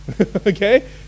Okay